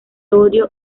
odio